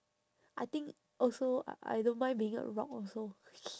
I think also I I don't mind being a rock also